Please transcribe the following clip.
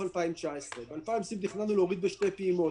שנת 2019. בשנת 2020 תכננו להוריד בשתי פעימות,